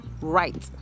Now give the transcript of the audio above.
right